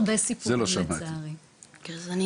ראיתי